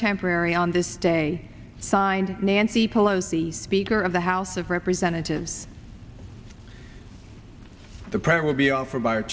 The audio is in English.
temporary on this day signed nancy pelosi speaker of the house of representatives the pressure will be offered by a